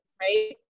right